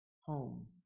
home